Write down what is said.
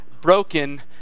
broken